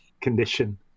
condition